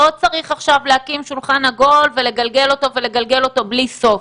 לא צריך להקים עכשיו שולחן עגול ולגלגל אותו ולגלגל אותו בלי סוף.